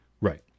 Right